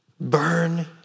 Burn